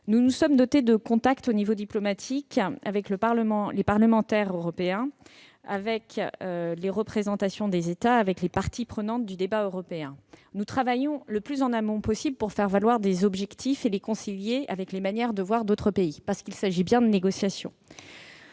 Nous avons noué des contacts au niveau diplomatique avec les parlementaires européens, avec les représentations des États, avec les parties prenantes du débat européen. Nous travaillons le plus en amont possible pour faire valoir des objectifs et les concilier avec les manières de voir d'autres pays, parce qu'il s'agit bien de négociations